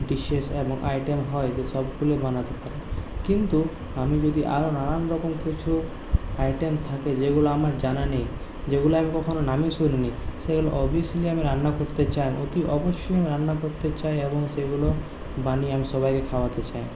dishes এবং item হয় সে সবগুলোই বানাতে পারি কিন্তু আমি যদি আরও নানান রকম কিছু আইটেম থাকে যেগুলো আমার জানা নেই যেগুলো আমি কখনও নামই শুনিনি সেগুলো অভিয়াসলি আমি রান্না করতে চাই অতি অবশ্যই আমি রান্না করতে চাই এবং সেগুলো বানিয়ে আমি সবাইকে খাওয়াতে চাই